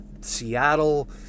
Seattle